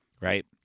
Right